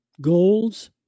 goals